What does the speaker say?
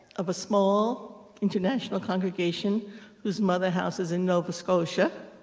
of a small international congregation whose mother house is in nova scotia.